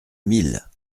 mille